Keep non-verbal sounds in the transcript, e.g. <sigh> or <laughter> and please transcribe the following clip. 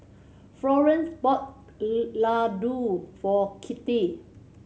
Florance bought <unintelligible> Ladoo for Kitty